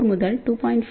4 GHz to 2